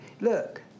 look